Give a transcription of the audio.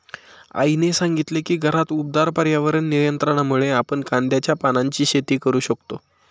आईने सांगितले की घरात उबदार पर्यावरण नियंत्रणामुळे आपण कांद्याच्या पानांची शेती करू शकतो